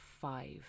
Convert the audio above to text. five